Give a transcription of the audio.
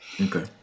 Okay